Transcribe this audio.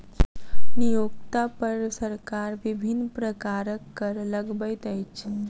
नियोक्ता पर सरकार विभिन्न प्रकारक कर लगबैत अछि